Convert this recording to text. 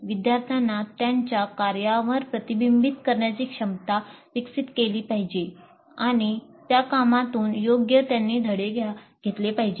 विद्यार्थ्यांनी त्यांच्या कार्यावर प्रतिबिंबित करण्याची क्षमता विकसित केली पाहिजे आणि त्या कामातून योग्य त्यांनी धडे घेतले पाहिजेत